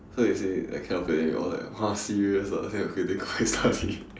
so you say that kind of feeling !wah! serious okay okay that kind of feeling